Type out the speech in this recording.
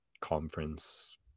conference